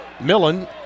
Millen